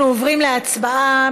אנחנו עוברים להצבעה.